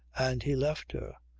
and he left her,